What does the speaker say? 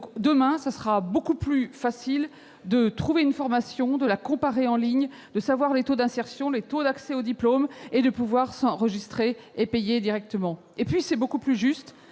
! Demain, il sera beaucoup plus facile de trouver une formation, de la comparer en ligne, de connaître les taux d'insertion et les taux d'accès au diplôme, de s'enregistrer et de payer directement. C'est également beaucoup plus juste.